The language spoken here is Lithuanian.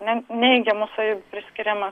ne neigiamų savybių priskirimas